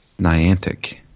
Niantic